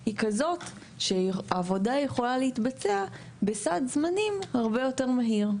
היא כזאת שהעבודה יכולה להתבצע בסד זמנים הרבה יותר מהיר.